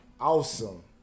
awesome